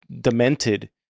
demented